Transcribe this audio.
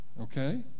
Okay